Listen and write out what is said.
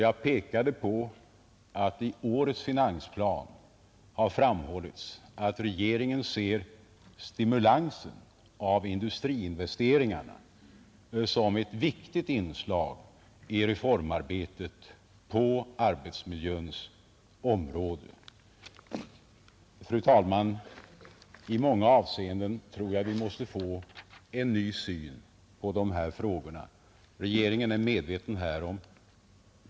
Jag pekade på att i årets finansplan har framhållits att regeringen ser stimulansen av industriinvesteringarna såsom ett viktigt inslag i reformarbetet på arbetsmiljöns område. Fru talman! I många avseenden tror jag vi måste få en ny syn på de här frågorna. Regeringen är medveten härom.